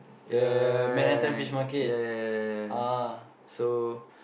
yeah yeah yeah yeah yeah yeah yeah yeha yeah so